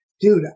Dude